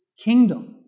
kingdom